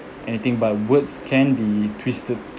anything but words can be twisted